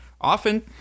often